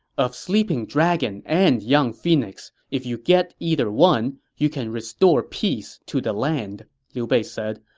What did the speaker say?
of sleeping dragon and young phoenix, if you get either one, you can restore peace to the land liu bei said.